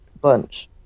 bunch